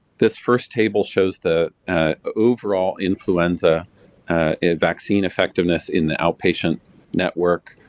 this first table shows the overall influenza vaccine effectiveness in the outpatient network.